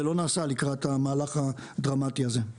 זה לא נעשה לקראת המהלך הדרמטי הזה.